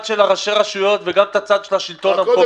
של ראשי הרשויות וגם את הצד של הרשות המקומית.